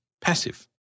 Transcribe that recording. passive